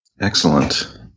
Excellent